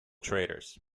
traders